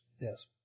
Yes